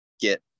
get